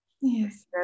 yes